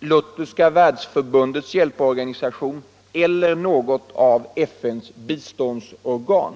Lutherska världsförbundets hjälporganisation eller något av FN:s biståndsorgan.